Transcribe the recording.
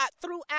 Throughout